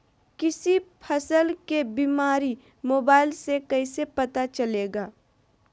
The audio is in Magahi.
किसी फसल के बीमारी मोबाइल से कैसे पता चलेगा?